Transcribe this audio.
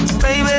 baby